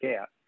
out